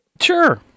Sure